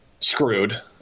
screwed